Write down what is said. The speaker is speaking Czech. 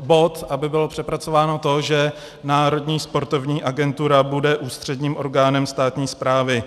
bod, aby bylo přepracováno to, že Národní sportovní agentura bude ústředním orgánem státní správy.